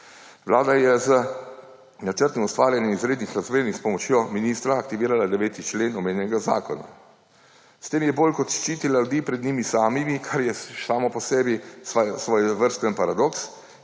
Vlada je z načrtnim ustvarjanjem izrednih razmer s pomočjo ministra aktivirala 9. člen omenjenega zakona. S tem je bolj kot ščitila ljudi pred njimi samimi, kar je samo po sebi svojevrsten paradoks,